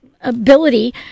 ability